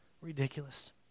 ridiculous